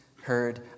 heard